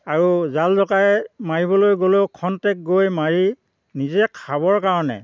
আৰু জাল লগাই মাৰিবলৈ গ'লেও খন্তেক গৈ মাৰি নিজে খাবৰ কাৰণে